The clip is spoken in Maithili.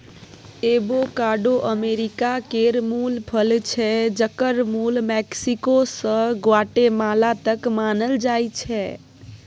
एबोकाडो अमेरिका केर मुल फल छै जकर मुल मैक्सिको सँ ग्वाटेमाला तक मानल जाइ छै